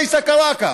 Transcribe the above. השר עיסא קראקע,